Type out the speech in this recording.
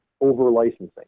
over-licensing